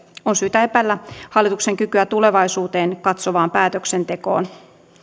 on syytä epäillä hallituksen kykyä tulevaisuuteen katsovaan päätöksentekoon